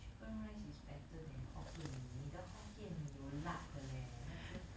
chicken rice is better than hokkien mee 你的 hokkien mee 有 lard 的 leh 那只肥猪油 leh